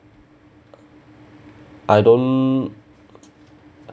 I don't